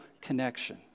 connection